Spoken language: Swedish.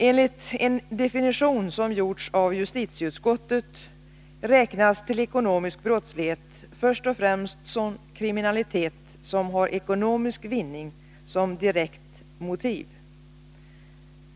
Enligt en definition, som gjorts av justitieutskottet, räknas till ekonomisk brottslighet först och främst sådan kriminalitet som har ekonomisk vinning som direkt motiv.